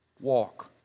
Walk